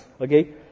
okay